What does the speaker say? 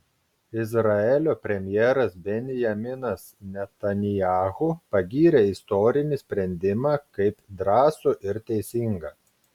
izraelio premjeras benjaminas netanyahu pagyrė istorinį sprendimą kaip drąsų ir teisingą